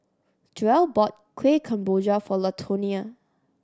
Joel bought Kueh Kemboja for Latonia